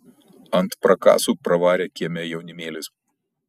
ant prakasų pravarė kieme jaunimėlis